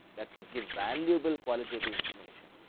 that could give valuable qualitative information,